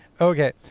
Okay